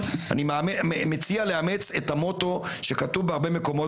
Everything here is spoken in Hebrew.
אני מציע לאמץ את המוטו שכתוב בהרבה מקומות